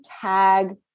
tag